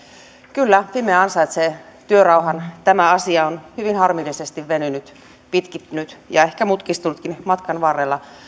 kyllä fimea ansaitsee työrauhan tämä asia on hyvin harmillisesti venynyt pitkittynyt ja ehkä mutkistunutkin matkan varrella